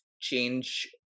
change